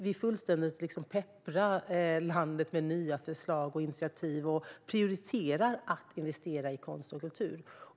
Vi fullständigt pepprar landet med nya förslag och initiativ och prioriterar att investera i konst och kultur.